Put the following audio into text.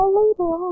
later